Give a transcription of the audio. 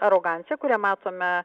aroganciją kurią matome